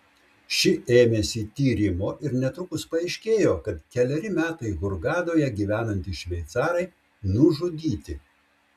ši ėmėsi tyrimo ir netrukus paaiškėjo kad keleri metai hurgadoje gyvenantys šveicarai nužudyti